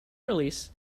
release